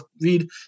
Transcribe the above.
read